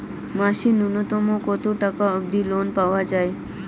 মাসে নূন্যতম কতো টাকা অব্দি লোন পাওয়া যায়?